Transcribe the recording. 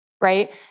Right